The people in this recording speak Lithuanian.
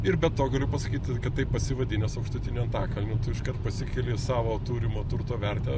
ir be to galiu pasakyt kad taip pasivadinęs aukštutiniu antakalniu tu iškart pasikeli savo turimo turto vertę